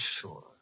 sure